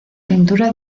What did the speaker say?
pintura